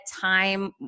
time